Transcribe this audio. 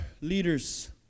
leaders